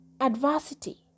adversity